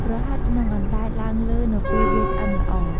ប្រហិតនឹងអណ្តែតឡើងលើនៅពេលវាឆ្អិនល្អ។